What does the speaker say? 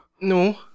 No